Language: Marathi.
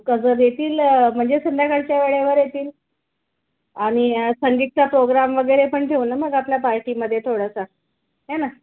कजर येतील म्हणजे संध्याकाळच्या वेळेवर येतील आणि संगीतचा प्रोग्राम वगैरे पण ठेऊ न मग आपल्या पार्टीमध्ये थोडंसा हो ना